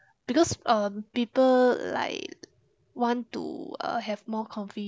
because um people like want to uh have more confidence